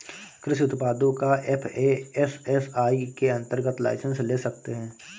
कृषि उत्पादों का एफ.ए.एस.एस.आई के अंतर्गत लाइसेंस ले सकते हैं